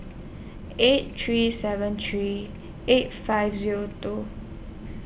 eight three seven three eight five Zero two